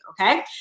okay